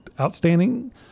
outstanding